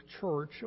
church